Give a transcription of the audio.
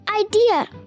idea